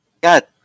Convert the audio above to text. God